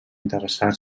interessar